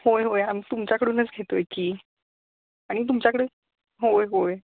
होय होय आम् तुमच्याकडूनच घेतो आहे की आणि तुमच्याकडे होय होय